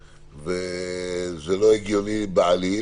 שזה לא הגיוני בעליל.